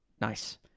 Nice